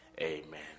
Amen